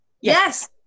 Yes